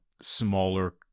smaller